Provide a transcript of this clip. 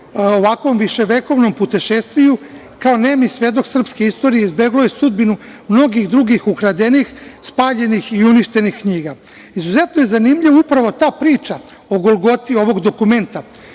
ovakvom viševekovnom putešestviju, kao nemi svedok srpske istorije, izbeglo je sudbinu mnogih drugih ukradenih spaljenih i uništenih knjiga. Izuzetno je zanimljiva upravo ta priča o golgoti ovog dokumenta